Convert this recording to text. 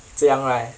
这样 right